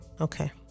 okay